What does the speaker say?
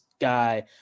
guy